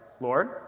Lord